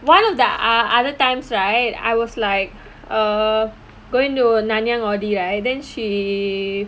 one of the other times right I was like err going to nanyang already right then she